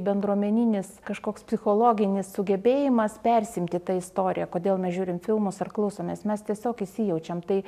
bendruomeninis kažkoks psichologinis sugebėjimas persiimti ta istorija kodėl mes žiūrim filmus ar klausomės mes tiesiog įsijaučiam tai